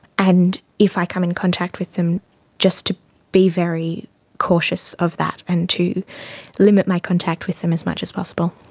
and if i come in contact with him just to be very cautious of that that and to limit my contact with him as much as possible.